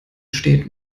steht